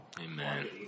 Amen